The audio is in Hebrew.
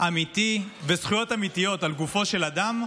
אמיתי וזכויות אמיתיות לגופו של אדם.